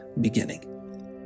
beginning